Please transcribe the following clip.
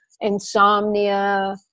insomnia